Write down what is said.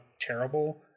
terrible